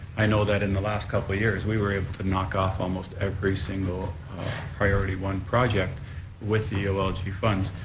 i know that in the last couple years we were able to knock off almost every single priority one project with the ah ah olg funds,